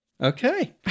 Okay